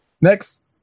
next